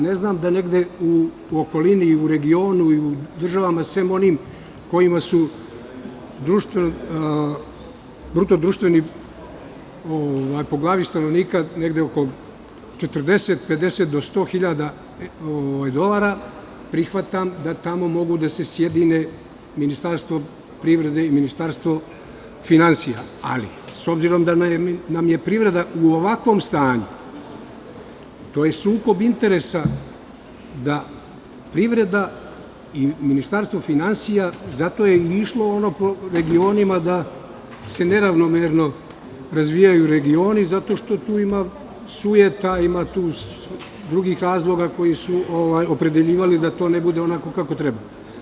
Ne znam, da ne bude u okolini u regionu i u državama, sem onih kojima su BDP po glavi stanovnika negde oko 40, 50 do 100 hiljada dolara, prihvatam da tamo mogu da se sjedine Ministarstvo privrede i Ministarstvo finansija, ali, s obzirom da nam je privreda u ovakvom stanju to je sukob interesa da privreda i Ministarstvo finansija, zato je išlo po regionima da se neravnomerno razvijaju regioni zato što tu ima sujeta, ima tu drugih razloga koji su opredeljivali da to ne bude onako kako treba.